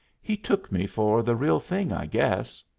he took me for the real thing, i guess.